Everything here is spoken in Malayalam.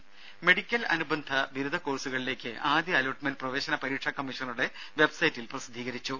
ദേദ മെഡിക്കൽ അനുബന്ധ ബിരുദ കോഴ്സുകളിലേക്ക് ആദ്യ അലോട്ട്മെന്റ് പ്രവേശന പരീക്ഷാ കമ്മീഷണറുടെ വെബ്സൈറ്റിൽ പ്രസിദ്ധീകരിച്ചു